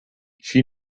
she